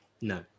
No